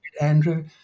Andrew